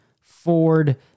Ford